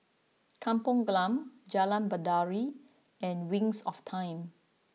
Kampung Glam Jalan Baiduri and Wings of Time